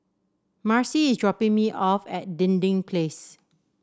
Marcie is dropping me off at Dinding Place